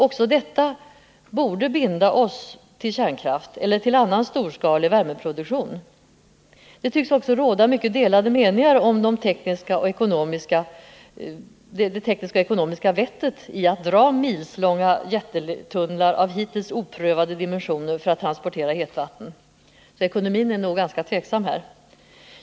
Också dessa skulle binda oss till kärnkraft eller till annan storskalig värmeproduktion. Det tycks också råda mycket delade meningar om det tekniskt och ekonomiskt vettiga i att dra milslånga jättetunnlar av hittills oprövade dimensioner för att transportera hetvatten. Det är alltså ganska tvivelaktigt om det är någon ekonomi i detta.